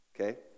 Okay